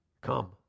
come